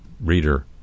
reader